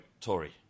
Tory